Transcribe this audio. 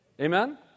Amen